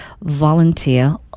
volunteer